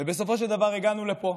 ובסופו של דבר, הגענו לפה,